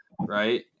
Right